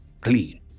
clean